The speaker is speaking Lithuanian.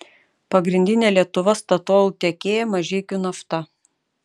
pagrindinė lietuva statoil tiekėja mažeikių nafta